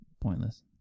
pointless